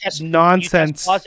nonsense